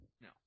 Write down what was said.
No